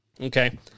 Okay